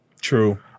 True